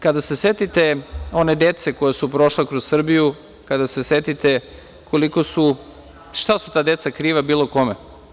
Kada se setite one dece koja su prošla kroz Srbiju, kada se setite koliko su, šta su ta deca kriva bilo kome?